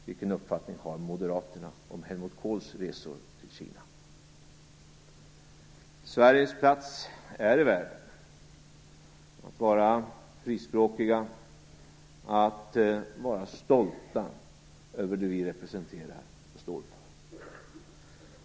Vilken uppfattning har Sveriges plats i världen är att vi skall vara frispråkiga och stolta över det som vi representerar och står för.